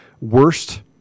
worst